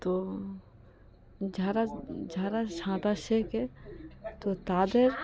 তো যারা যারা সাঁতার শেখে তো তাদের